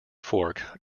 fork